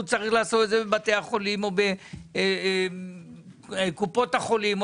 צריך לעשות את זה בבתי החולים או בקופות החולים,